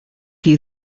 chi